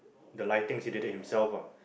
the lighting he did it himself what